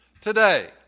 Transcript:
Today